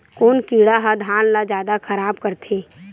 कोन कीड़ा ह धान ल जादा खराब करथे?